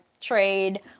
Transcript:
trade